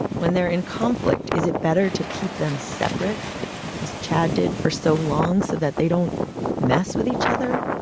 when they're in conflict, is it better to keep them separate as chad did for so long so that they don't mess with each other?